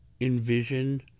envision